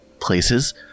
places